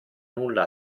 nulla